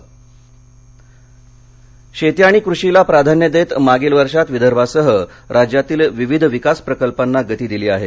मुख्यमंत्री शेती आणि कृषीला प्राधान्य देत मागील वर्षात विदर्भासह राज्यातील विविध विकास प्रकल्पांना गती दिली आहे